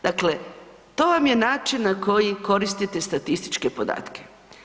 Dakle, to vam je način na koji koristite statističke podatke.